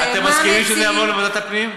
אתם מסכימים שזה יעבור לוועדת הפנים?